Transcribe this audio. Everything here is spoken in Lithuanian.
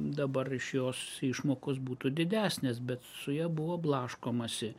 dabar iš jos išmokos būtų didesnės bet su ja buvo blaškomasi